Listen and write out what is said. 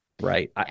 right